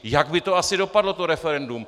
Jak by asi dopadlo to referendum?